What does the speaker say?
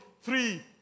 three